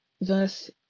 verse